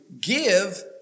give